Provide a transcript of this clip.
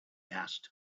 asked